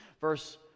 Verse